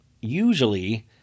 usually